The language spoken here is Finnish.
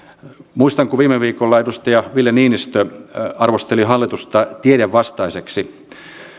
muistan kun viime viikolla edustaja ville niinistö arvosteli hallitusta tiedevastaiseksi